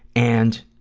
and